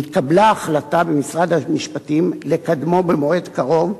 התקבלה החלטה במשרד המשפטים לקדמו במועד קרוב,